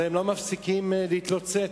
הם לא מפסיקים להתלוצץ.